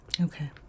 Okay